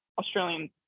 Australian